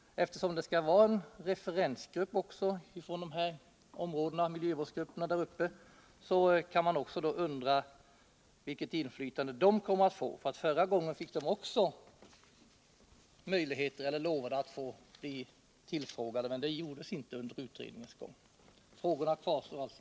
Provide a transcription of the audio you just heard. Eftersom det skall finnas en referensgrupp för miljövården i det aktuella området, kan man fråga sig vilket inflytande denna referensgrupp kommer att få. Förra gången lovade man att tillfråga miljövårdsgrupperna, men så skedde inte någon gång under utredningen. Frågorna kvarstår alltså.